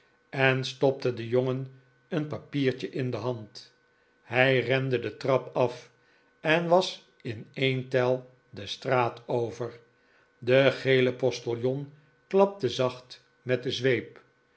en stopte den jongen een papiertje in de hand hij rende de trap af en was in een tel de straat over de gele postiljon klapte zacht met de zweep